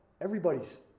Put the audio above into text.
Everybody's